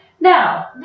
Now